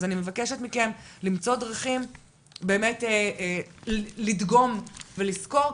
אז אני מבקשת מכן למצוא דרכים לדגום ולסקור,